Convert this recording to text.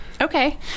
Okay